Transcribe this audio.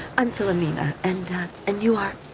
i'm philomena, and and you are?